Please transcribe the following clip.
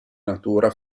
natura